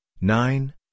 nine